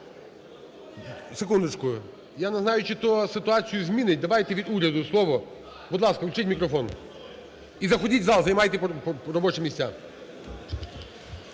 Секундочку, я не знаю, чи то ситуацію змінить, давайте від уряду слово. Будь ласка, включіть мікрофон. І заходьте в зал, займайте робочі місця.